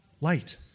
light